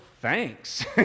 thanks